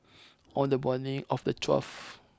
on the morning of the twelfth